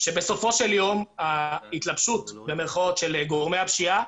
בסופו של יום "ההתלבשות" של גורמי הפשיעה,